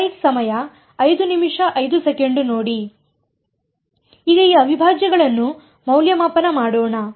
ಈಗ ಈ ಅವಿಭಾಜ್ಯಗಳನ್ನು ಮೌಲ್ಯಮಾಪನ ಮಾಡೋಣ